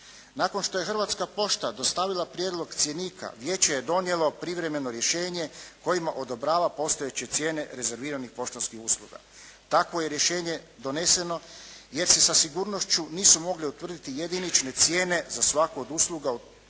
Nakon što je Hrvatska pošta dostavila prijedlog cjenika, vijeće je donijelo privremeno rješenje kojim odobrava postojeće cijene rezerviranih poštanskih usluga. Takvo je rješenje doneseno jer se sa sigurnošću nisu mogli utvrditi jedinične cijene za svaku od usluga u tome području,